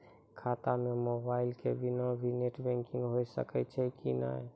खाता म मोबाइल के बिना भी नेट बैंकिग होय सकैय छै कि नै?